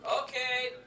Okay